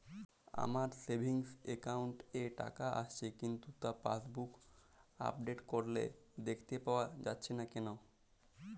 আমার savings account এ টাকা আসছে কিন্তু তা পাসবুক আপডেট করলে দেখতে পাওয়া যাচ্ছে না কেন?